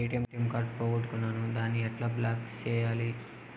నా ATM card పోగొట్టుకున్నాను, దాన్ని ఎట్లా బ్లాక్ సేయాలి?